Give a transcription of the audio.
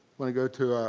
wanna go to,